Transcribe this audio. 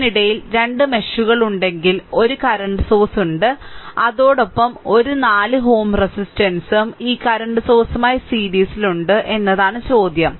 ഇതിനിടയിൽ 2 മെഷുകൾ ഉണ്ടെങ്കിൽ ഒരു കറന്റ് സോഴ്സ് ഉണ്ട് അതോടൊപ്പം ഒരു 4 Ω റെസിസ്റ്റൻസും ഈ കറന്റ് സോഴ്സുമായി സീരിസിലുണ്ട് എന്നതാണ് ചോദ്യം